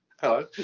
hello